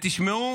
ותשמעו